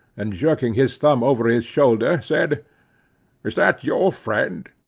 and jerking his thumb over his shoulder said is that your friend?